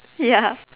ya